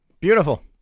Beautiful